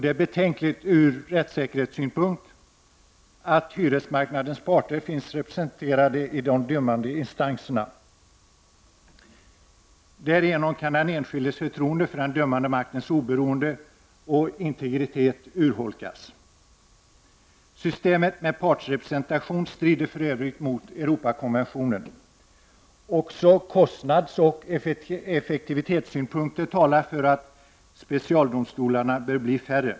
Det är betänkligt ur rättssäkerhetssynpunkt att hyresmarknadens parter finns representerade i de dömande instanserna. Därigenom kan den enskildes förtroende för den dö mande maktens oberoende och integritet urholkas. Systemet med partsrepresentation strider för övrigt mot Europakonventionen. Även kostnadsoch effektivitetssynpunkter talar för att specialdomstolarna bör bli färre.